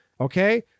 Okay